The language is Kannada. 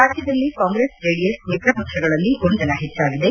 ರಾಜ್ಗದಲ್ಲಿ ಕಾಂಗ್ರೆಸ್ ಜೆಡಿಎಸ್ ಮಿತ್ರಪಕ್ಷಗಳಲ್ಲಿ ಗೊಂದಲ ಹೆಚ್ಚಾಗಿದೆ